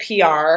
PR